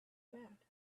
bad